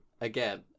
again